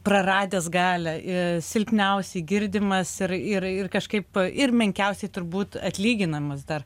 praradęs galią ir silpniausiai girdimas ir ir ir kažkaip ir menkiausiai turbūt atlyginamas dar